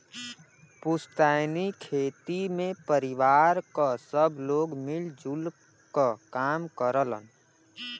पुस्तैनी खेती में परिवार क सब लोग मिल जुल क काम करलन